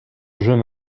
jeune